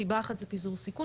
סיבה אחת זה פיזור סיכון